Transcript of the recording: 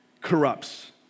corrupts